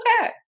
okay